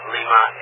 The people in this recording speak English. Lima